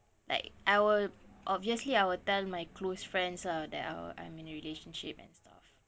like I will obviously I will tell my close friends lah that I I'm in a relationship and stuff